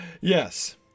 Yes